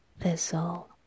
thistle